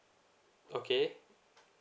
okay